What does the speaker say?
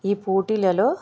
ఈ పోటీలలో